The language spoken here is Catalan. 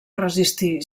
resistir